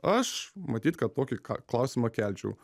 aš matyt kad tokį klausimą kelčiau